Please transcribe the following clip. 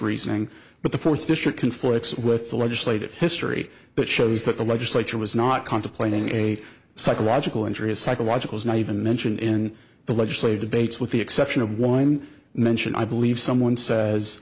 reasoning but the fourth district conflicts with the legislative history that shows that the legislature was not contemplating a psychological injuries psychological is not even mentioned in the legislative bates with the exception of one mention i believe someone says